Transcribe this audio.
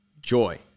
joy